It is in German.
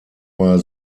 war